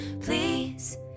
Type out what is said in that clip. please